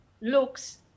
looks